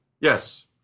Yes